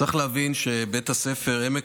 צריך להבין שבתחילת השנה בית הספר עמק